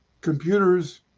computers